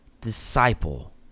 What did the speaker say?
disciple